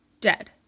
Dead